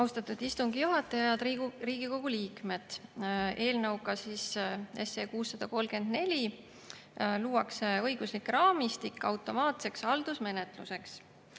Austatud istungi juhataja! Head Riigikogu liikmed! Eelnõuga 634 luuakse õiguslik raamistik automaatseks haldusmenetluseks.